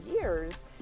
years